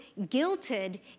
guilted